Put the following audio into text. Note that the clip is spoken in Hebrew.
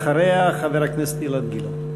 ואחריה, חבר הכנסת אילן גילאון.